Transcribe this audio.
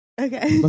Okay